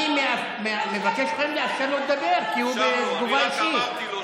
אני מבקש מכם לאפשר לו לדבר, כי הוא בתגובה אישית.